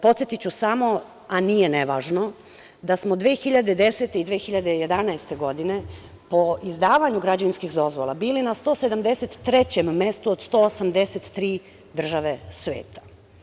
Podsetiću samo, a nije ne važno, da smo 2010. godine i 2011. godine po izdavanju građevinskih dozvola bili na 173 od 183 države sveta.